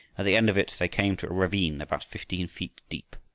at the end of it they came to a ravine about fifteen feet deep.